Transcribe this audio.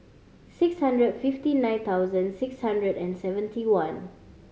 six hundred fifty nine thousand six hundred and seventy one